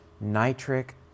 nitric